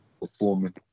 performing